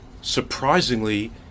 surprisingly